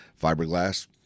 Fiberglass